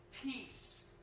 peace